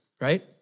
right